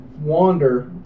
wander